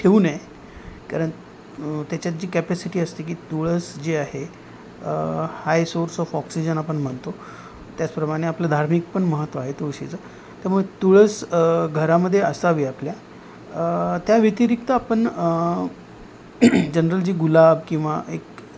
ठेवू नये कारण त्याच्यात जी कॅपॅसिटी असते की तुळस जी आहे हाय सोर्स ऑफ ऑक्सिजन आपण म्हणतो त्याचप्रमाणे आपलं धार्मिक पण महत्त्व आहे तुळशीचं त्यामुळे तुळस घरामध्ये असावी आपल्या त्या व्यतिरिक्त आपण जनरल जी गुलाब किंवा एक